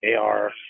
AR